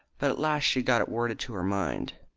but at last she got it worded to her mind.